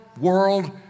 world